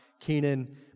Kenan